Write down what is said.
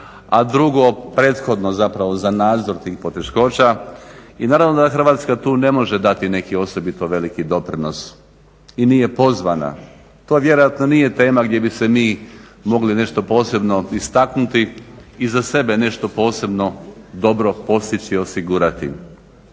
a drugog prethodno zapravo za nadzor tih poteškoća i naravno da Hrvatska tu ne može dati neki osobito veliko doprinos i nije pozvana. To vjerojatno nije tema gdje bi se mi mogli nešto posebno istaknuti i za sebe nešto posebno dobro postići, osigurati.